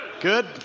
Good